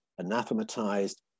anathematized